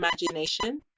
imagination